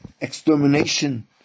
extermination